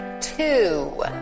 two